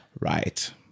right